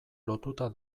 lotuta